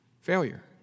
Failure